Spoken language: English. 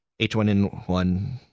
H1N1